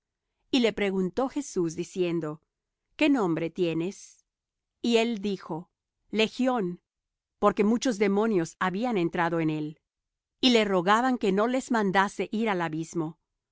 y le preguntó jesús diciendo qué nombre tienes y él dijo legión porque muchos demonios habían entrado en él y le rogaban que no les mandase ir al abismo